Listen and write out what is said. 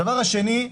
הדבר השני,